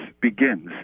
begins